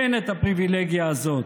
אין את הפריבילגיה הזאת.